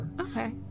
okay